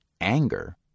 anger